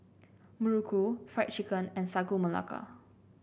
Muruku Fried Chicken and Sagu Melaka